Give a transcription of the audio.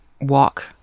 walk